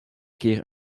keer